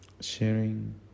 sharing